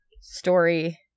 story